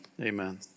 amen